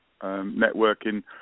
networking